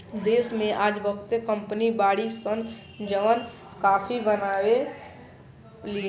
देश में आज बहुते कंपनी बाड़ी सन जवन काफी बनावे लीन